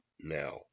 now